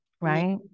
right